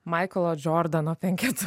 maiklo džordano penketu